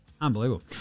Unbelievable